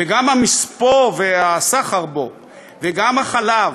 וגם המספוא והסחר בו, וגם החלב,